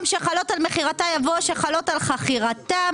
"שחלות על מכירתה" יבוא "שחלות על חכירתה,